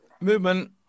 movement